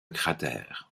cratère